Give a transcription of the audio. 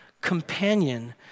companion